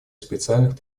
специальных